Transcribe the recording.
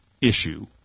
issue